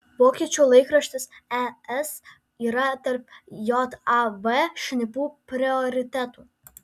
vokiečių laikraštis es yra tarp jav šnipų prioritetų